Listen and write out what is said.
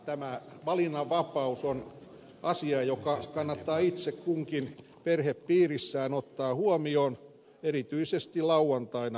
tämä valinnanvapaus on asia joka kannattaa itse kunkin perhepiirissään ottaa huomioon erityisesti lauantaina ja sunnuntaina